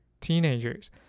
teenagers